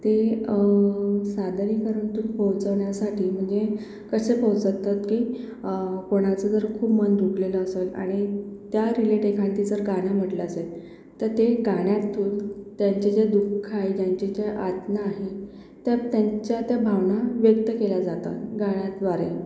ते सादरीकरण तर पोहोचवण्यासाठी म्हणजे कसं पोहोचवतात की कोणाचं जर खूप मन दुखलेलं असेल आणि त्या रिलेट एखादे जर गाणं म्हटलं असेल तर ते गाण्यातून त्यांच्या ज्या दुःख आहे त्यांच्या ज्या यातना आहे तर त्यांच्या त्या भावना व्यक्त केल्या जातात गाण्याद्वारे